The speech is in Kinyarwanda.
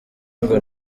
ngo